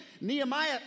Nehemiah